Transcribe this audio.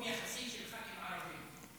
ברוב יחסי של ח"כים ערבים.